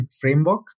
framework